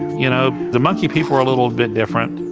you know, the monkey people are little bit different.